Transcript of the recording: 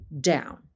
down